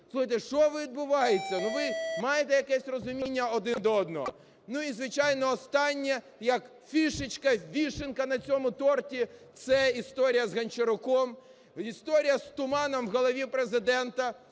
Слухайте, що відбувається, ви маєте якесь розуміння один до одного? І, звичайно, останнє, як фішечка, вишенька на цьому торті – це історія з Гончаруком, історія з туманом в голові Президента.